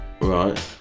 Right